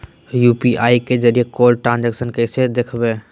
UPI के जरिए कैल ट्रांजेक्शन कैसे देखबै?